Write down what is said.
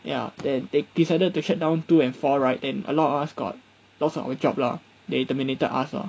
ya then they decided to shut down two and four right then a lot of us got lost our job lah they terminated us lah